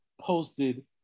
posted